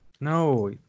no